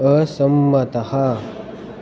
असम्मतः